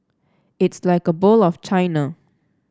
it's like a bowl of China